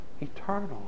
Eternal